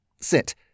Sit